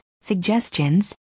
suggestions